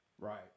right